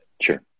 sure